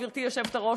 גברתי היושבת-ראש,